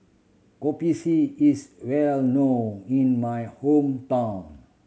Kopi C is well known in my hometown